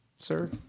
sir